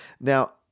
Now